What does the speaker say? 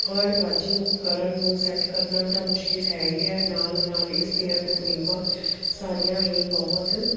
bird watching ਉਪਕਰਨ ਨੂੰ set ਕਰਨਾ ਤਾਂ ਮੁਸ਼ਕਲ ਹੈ ਹੀ ਹੈ ਨਾਲ ਨਾਲ ਇਸ ਦੀਆਂ ਤਕਨੀਕਾਂ ਸਾਰੀਆਂ ਹੀ ਬਹੁਤ